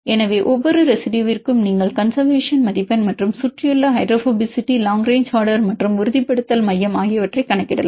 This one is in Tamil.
எனவே ஒவ்வொரு ரெசிடுயுவிற்கும் நீங்கள் கன்செர்வேசன் மதிப்பெண் மற்றும் சுற்றியுள்ள ஹைட்ரோபோபசிட்டி லாங் ரேங்ச் ஆர்டர் மற்றும் உறுதிப்படுத்தல் மையம் ஆகியவற்றைக் கணக்கிடலாம்